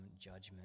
judgment